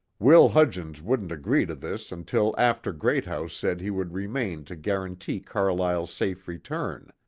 will hudgens wouldn't agree to this until after greathouse said he would remain to guarantee carlyle's safe return.